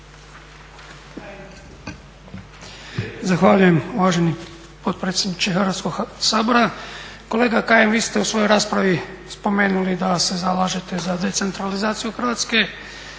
Zahvaljujem uvaženi potpredsjedniče Hrvatskog sabora. Kolega Kajin, vi ste u svojoj raspravi spomenuli da se zalažete za decentralizaciju Hrvatske,